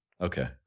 Okay